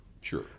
Sure